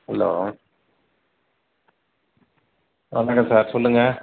hello ஆ வணக்கம் sir சொல்லுங்க